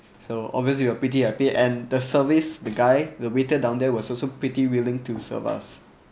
so obviously it was pretty epic and the service the guy the waiter down there was also pretty willing to serve us